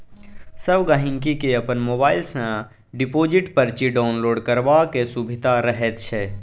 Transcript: सब गहिंकी केँ अपन मोबाइल सँ डिपोजिट परची डाउनलोड करबाक सुभिता रहैत छै